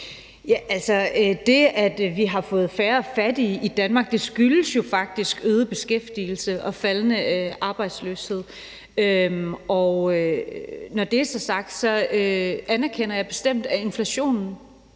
Altså, det, at vi har fået færre fattige i Danmark, skyldes jo faktisk øget beskæftigelse og faldende arbejdsløshed. Når det er sagt, anerkender jeg bestemt, at inflationen